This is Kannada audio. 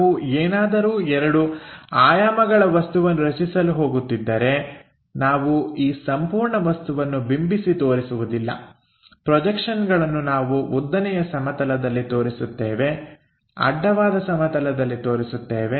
ನಾವು ಏನಾದರೂ ಎರಡು ಆಯಾಮಗಳ ವಸ್ತುವನ್ನು ರಚಿಸಲು ಹೋಗುತ್ತಿದ್ದರೆ ನಾವು ಈ ಸಂಪೂರ್ಣ ವಸ್ತುವನ್ನು ಬಿಂಬಿಸಿ ತೋರಿಸುವುದಿಲ್ಲ ಪ್ರೊಜೆಕ್ಷನ್ಗಳನ್ನು ನಾವು ಉದ್ದನೆಯ ಸಮತಲದಲ್ಲಿ ತೋರಿಸುತ್ತೇವೆ ಅಡ್ಡವಾದ ಸಮತಲದಲ್ಲಿ ತೋರಿಸುತ್ತೇವೆ